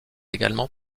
également